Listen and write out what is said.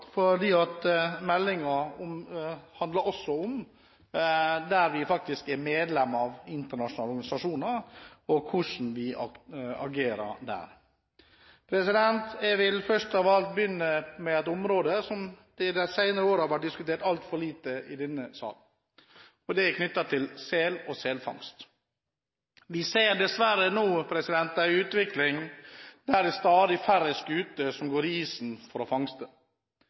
handler også om internasjonale organisasjoner som vi er medlem av, og hvordan vi agerer der. Jeg vil begynne med et område som i de senere årene har vært diskutert altfor lite i denne sal. Det er knyttet til sel og selfangst. Vi ser dessverre nå en utvikling der stadig færre skuter går i isen for å fangste.